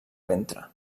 ventre